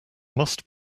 must